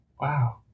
Wow